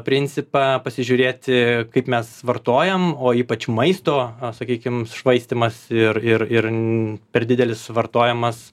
principą pasižiūrėti kaip mes vartojam o ypač maisto sakykim švaistymas ir ir ir per didelis vartojimas